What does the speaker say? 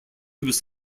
was